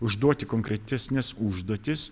užduoti konkretesnes užduotis